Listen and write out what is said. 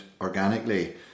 organically